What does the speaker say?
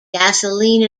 gasoline